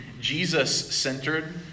Jesus-centered